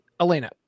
Elena